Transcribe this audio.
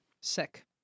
Sick